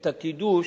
את הקידוש,